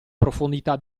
profondità